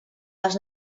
les